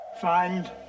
Find